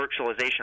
virtualization